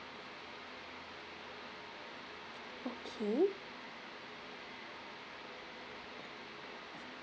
okay